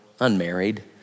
unmarried